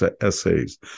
essays